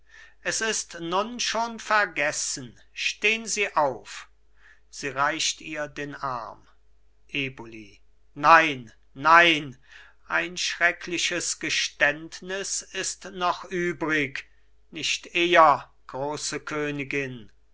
es ist nun schon vergessen stehn sie auf sie reicht ihr den arm eboli nein nein ein schreckliches geständnis ist noch übrig nicht eher große königin